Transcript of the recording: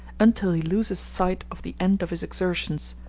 until he loses sight of the end of his exertions,